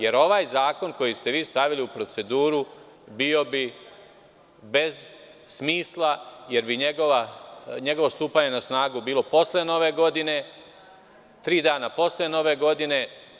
Jer, ovaj zakon koji ste vi stavili u proceduru, bio bi bez smisla jer bi njegovo stupanje na snagu bilo posle Nove godine, tri dana posle Nove godine.